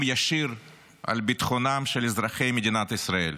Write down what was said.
ישיר על ביטחונם של אזרחי מדינת ישראל.